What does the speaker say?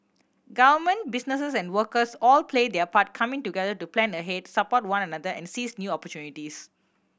government businesses and workers all play their part coming together to plan ahead support one another and seize new opportunities